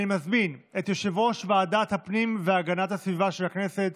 אני מזמין את יושב-ראש ועדת הפנים והגנת הסביבה של הכנסת,